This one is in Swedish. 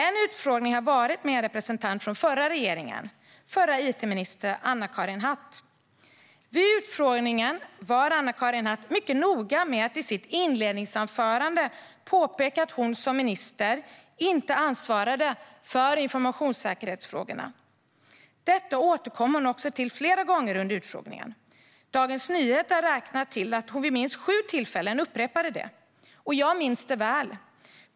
En utfrågning har varit med en representant från den förra regeringen: den förra itministern Anna-Karin Hatt. Vid utfrågningen var Anna-Karin Hatt mycket noga med att i sitt inledningsanförande påpeka att hon som minister inte ansvarade för informationssäkerhetsfrågorna. Detta återkom hon också till flera gånger under utfrågningen. Dagens Nyheter räknar det till att hon vid minst sju tillfällen upprepade detta. Jag minns det väl.